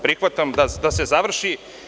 Prihvatam da se završi.